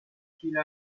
kyle